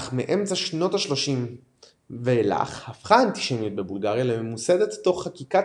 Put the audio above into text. אך מאמצע ה-30 ואילך הפכה האנטישמיות בבולגריה לממוסדת תוך חקיקת